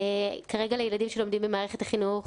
כרגע לילדים שלומדים במערכת החינוך